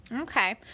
Okay